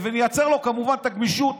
ונייצר לו, כמובן, את הגמישות.